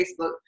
Facebook